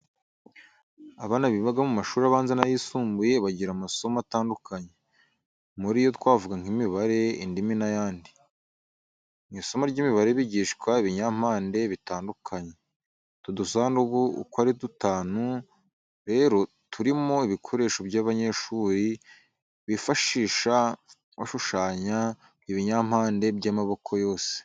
Abana biga mu mashuri abanza n'ayisumbuye bagira amasomo atandukanye, muri yo twavuga nk'imibare, indimi n'ayandi. Mu isomo ry'imibare bigishwa ibinyampande bitandukanye. Utu dusanduku uko ari dutanu rero turimo ibikoresho by'abanyeshuri bifashisha bashushanya ibyo binyambande by'amoko yose.